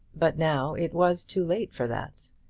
but now it was too late for that.